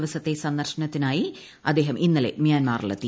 ദിവസത്തെ സ്ന്ദർശനത്തിനായി അദ്ദേഹം നാല് ഇന്നലെ മ്യാൻമറിലെത്തി